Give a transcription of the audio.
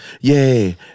yay